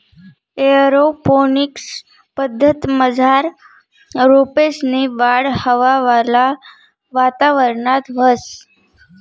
aeroponics पद्धतमझार रोपेसनी वाढ हवावाला वातावरणात व्हस